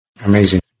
Amazing